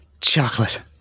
chocolate